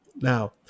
Now